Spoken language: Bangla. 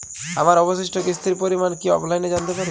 আমার অবশিষ্ট কিস্তির পরিমাণ কি অফলাইনে জানতে পারি?